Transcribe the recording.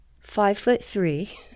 five-foot-three